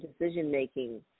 decision-making